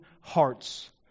hearts